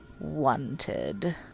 Wanted